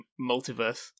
multiverse